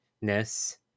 ness